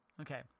Okay